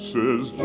Says